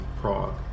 Prague